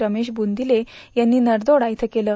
रमेश ब्रॅदिले यांनी नरदोडा इथं केलं